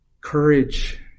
courage